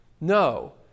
No